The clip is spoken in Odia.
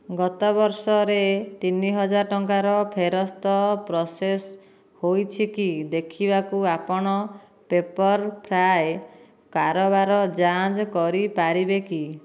ଗତ ବର୍ଷରେ ତିନି ହଜାର ଟଙ୍କାର ଫେରସ୍ତ ପ୍ରୋସେସ୍ ହୋଇଛି କି ଦେଖିବାକୁ ଆପଣ ପେପର୍ଫ୍ରାଏ କାରବାର ଯାଞ୍ଚ କରିପାରିବେ କି